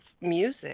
music